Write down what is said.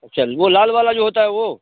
अच्छा जी वो लाल वाला जो होता है वो